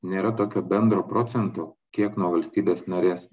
nėra tokio bendro procento kiek nuo valstybės narės